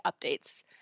updates